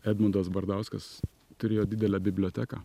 edmundas bardauskas turėjo didelę biblioteką